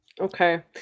Okay